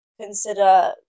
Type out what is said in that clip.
consider